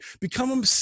Become